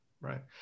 Right